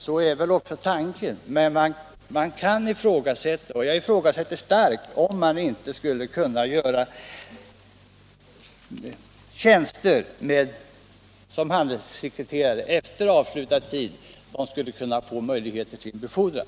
Tanken är väl också att de skall göra det, men man kan ifrågasätta — och jag ifrågasätter det starkt — om det inte skulle kunna inrättas tjänster som ger handelssekreterare möjligheter att efter avslutad tjänstgöringsperiod få befordran.